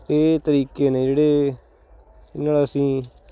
ਇਹ ਤਰੀਕੇ ਨੇ ਜਿਹੜੇ ਜਿਹਦੇ ਨਾਲ ਅਸੀਂ